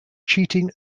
cheating